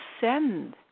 send